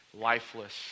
lifeless